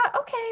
okay